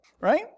right